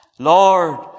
Lord